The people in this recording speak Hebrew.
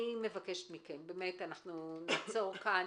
אנחנו נעצור כאן,